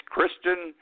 Kristen